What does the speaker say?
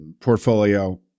portfolio